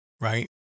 right